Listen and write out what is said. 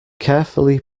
carefully